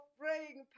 praying